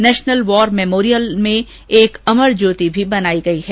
national war memorial में एक अमर ज्योति भी बनाई गई है